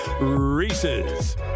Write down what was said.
Reese's